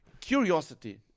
Curiosity